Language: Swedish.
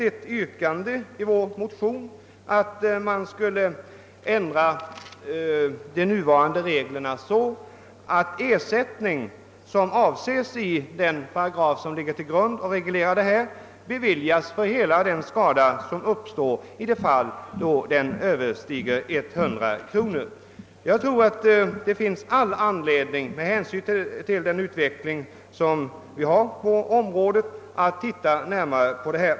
Vi har i våra motioner yrkat att de nuvarande reglerna skulle ändras så att sådan ersättning som avses i den aktuella bestämmelsen beviljas för hela den uppkomna skadan i de fall där den överstiger 100 kronor. Det finns med hänsyn till den utveckling som äger rum på området all anledning att närmare undersöka denna fråga.